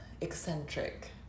eccentric